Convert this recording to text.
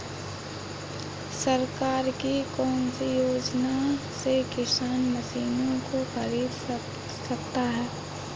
सरकार की कौन सी योजना से किसान मशीनों को खरीद सकता है?